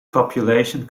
population